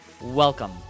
Welcome